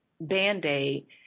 band-aid